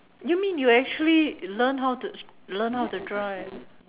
you mean you actually learn how to learn how to drive